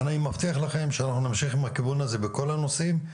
אני מבטיח לכם שאנחנו נמשיך עם הכיוון הזה בכל הנושאים.